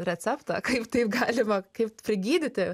receptą kaip tai galima kaip prigydyti